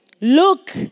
Look